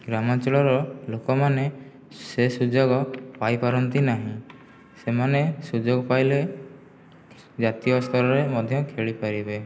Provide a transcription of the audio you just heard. ଗ୍ରାମାଞ୍ଚଳର ଲୋକମାନେ ସେ ସୁଯୋଗ ପାଇପାରନ୍ତି ନାହିଁ ସେମାନେ ସୁଯୋଗ ପାଇଲେ ଜାତୀୟ ସ୍ତରରେ ମଧ୍ୟ ଖେଳିପାରିବେ